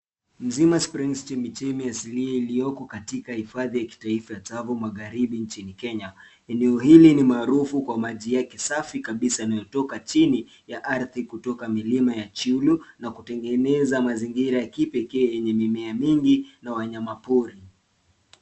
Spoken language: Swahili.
Mzima Springs chemichemi asilia iliyoko katika hifadhi ya kitaifa ya Tsavo magharibi nchini Kenya. Eneo hili ni maarufu kwa maji yake safi kabisa yanayotoka chini kabisa kwa ardhi kutoka milima ya Chyulu na kutengeneza mazingira ya kipekee yenye mimea mingi na wanyama pori.